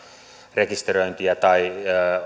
rekisteröintiä tai